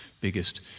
biggest